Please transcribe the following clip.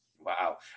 Wow